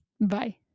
Bye